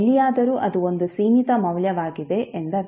ಎಲ್ಲಿಯಾದರೂ ಅದು ಒಂದು ಸೀಮಿತ ಮೌಲ್ಯವಾಗಿದೆ ಎಂದರ್ಥ